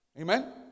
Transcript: Amen